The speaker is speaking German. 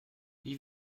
wie